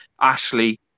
Ashley